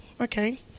okay